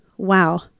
Wow